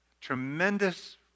tremendous